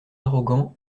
arrogants